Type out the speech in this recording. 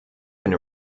been